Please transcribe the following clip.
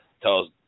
tells